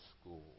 school